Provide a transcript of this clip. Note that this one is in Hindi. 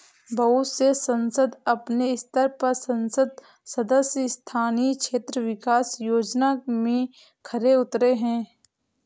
बहुत से संसद अपने स्तर पर संसद सदस्य स्थानीय क्षेत्र विकास योजना में खरे उतरे हैं